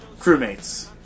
crewmates